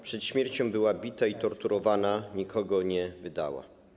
Przed śmiercią była bita i torturowana, nikogo nie wydała.